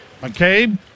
McCabe